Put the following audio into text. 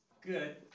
good